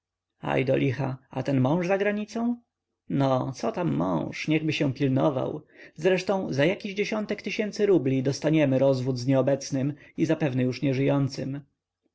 aj do licha a ten mąż za granicą no co tam mąż niechby się pilnował zresztą za jakiś dziesiątek tysięcy rubli dostaniemy rozwód z nieobecnym i zapewne już nieżyjącym